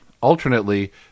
alternately